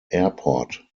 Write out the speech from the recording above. airport